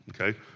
okay